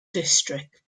district